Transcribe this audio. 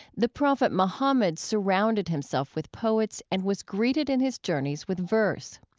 the prophet muhammad surrounded himself with poets and was greeted in his journeys with verse.